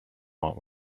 want